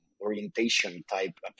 orientation-type